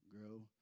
grow